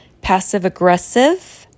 passive-aggressive